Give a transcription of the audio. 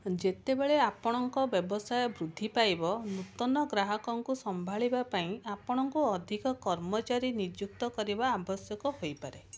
ଯେତେବେଳେ ଆପଣଙ୍କ ବ୍ୟବସାୟ ବୃଦ୍ଧି ପାଇବ ନୂତନ ଗ୍ରାହକଙ୍କୁ ସମ୍ଭାଳିବା ପାଇଁ ଆପଣଙ୍କୁ ଅଧିକ କର୍ମଚାରୀ ନିଯୁକ୍ତ କରିବା ଆବଶ୍ୟକ ହୋଇପାରେ